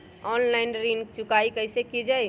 Online ऋण चुकाई कईसे की ञाई?